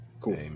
Cool